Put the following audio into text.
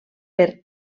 per